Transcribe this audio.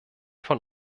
von